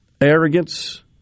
arrogance